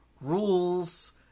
rules